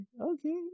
okay